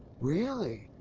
really?